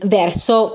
verso